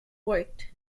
worked